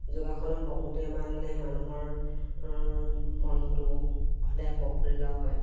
যোগাসনত বহোঁতে মানে মানুহৰ মনটো সদায় প্ৰফুল্ল হয়